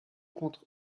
contre